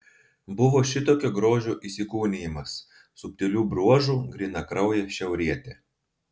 buvo šitokio grožio įsikūnijimas subtilių bruožų grynakraujė šiaurietė